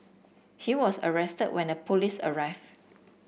he was arrested when the police arrived